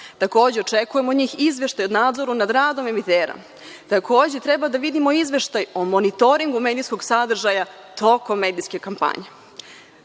Takođe, očekujemo od njih izveštaj o nadzoru nad radom emitera. Takođe, treba da vidimo izveštaj o monitoringu medijskog sadržaja tokom medijske kampanje.